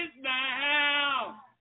now